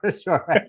sure